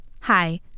Hi